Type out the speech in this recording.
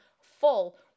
full